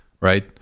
right